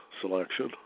selection